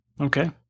Okay